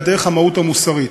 אלא דרך המהות המוסרית.